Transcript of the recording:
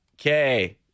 Okay